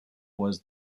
was